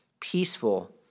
peaceful